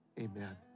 Amen